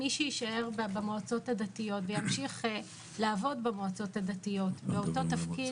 מי שיישאר במועצות הדתיות וימשיך לעבוד במועצות הדתיות באותו תפקיד,